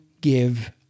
give